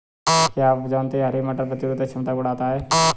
क्या आप जानते है हरे मटर प्रतिरोधक क्षमता को बढ़ाता है?